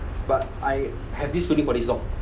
but I have this feeling for this dog